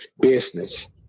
business